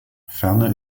ferner